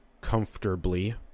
comfortably